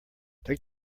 take